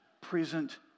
present